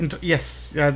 Yes